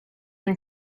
been